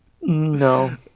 No